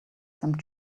some